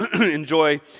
enjoy